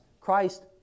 Christ